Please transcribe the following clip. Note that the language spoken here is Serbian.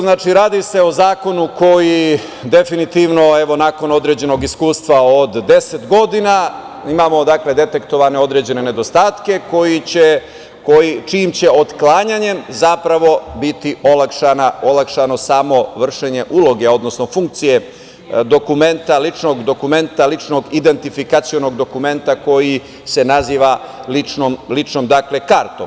Znači, radi se o zakonu koji definitivno, evo, nakon određenog iskustva od 10 godina, imamo detektovane određene nedostatke čijim će otklanjanjem zapravo biti olakšano samo vršenje uloge, odnosno funkcije dokumenta, ličnog dokumenta, ličnog identifikacionog dokumenta koji se naziva ličnom kartom.